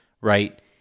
right